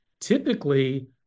typically